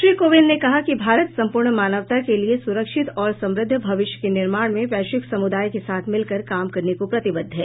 श्री कोविंद ने कहा कि भारत सम्पूर्ण मानवता के लिए सुरक्षित और समृद्ध भविष्य के निर्माण में वैश्विक समूदाय के साथ मिलकर काम करने को प्रतिबद्ध है